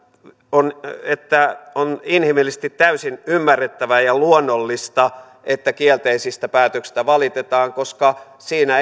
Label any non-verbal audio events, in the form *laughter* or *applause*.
on että on inhimillisesti täysin ymmärrettävää ja luonnollista että kielteisistä päätöksistä valitetaan koska siinä *unintelligible*